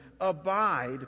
abide